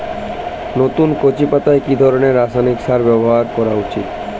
নতুন কচি পাতায় কি ধরণের রাসায়নিক সার ব্যবহার করা উচিৎ?